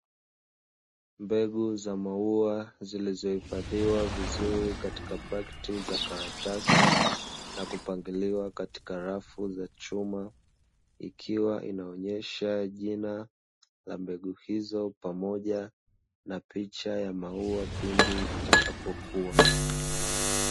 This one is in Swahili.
Mbegu za maua zilizohifadhiwa vizuri katika pakiti za karatasi na kupangiliwa katika rafu za chuma, ikiwa inaonyesha jina la mbegu hizo pamoja na picha ya maua pindi itakapokuwa.